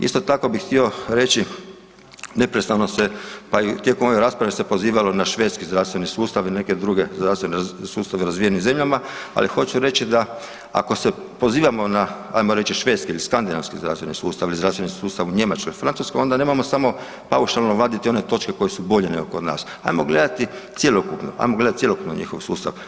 Isto tako bih htio reći neprestano se, pa i tijekom ove rasprave se pozivalo na švedski zdravstveni sustav i neke druge zdravstvene sustave u razvijenim zemljama, ali hoću reći da ako se pozivamo na ajmo reći na švedski ili skandinavski zdravstveni sustav ili zdravstveni sustav u Njemačkoj i Francuskoj onda nemojmo samo paušalno vaditi one točke koje su bolje nego kod nas, ajmo gledati cjelokupno, ajmo gledat cjelokupno njihov sustav.